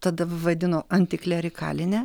tada vadino antiklerikaline